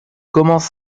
commence